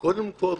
קודם כל,